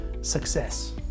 success